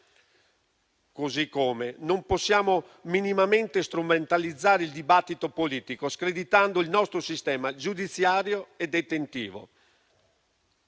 così come non possiamo minimamente strumentalizzare il dibattito politico screditando il nostro sistema giudiziario e detentivo.